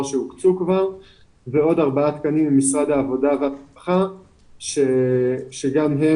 שהוקצו כבר ועוד ארבעה תקנים ממשרד העבודה והרווחה - שגם הם